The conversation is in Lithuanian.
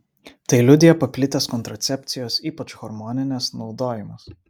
tai liudija paplitęs kontracepcijos ypač hormoninės naudojimas